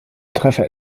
treffer